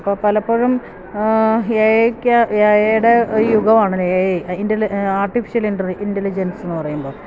അപ്പോള് പലപ്പോഴും എ ഐയുടെ യുഗമാണല്ലോ എ ഐ ആർട്ടിഫിഷ്യൽ ഇന്റലിജൻസ് എന്നുപറയുമ്പോള്